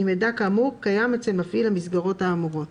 אם מידע כאמור קיים אצל מפעיל המסגרות האמורות."